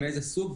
מאיזה סוג,